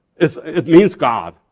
it it means god,